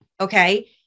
okay